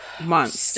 months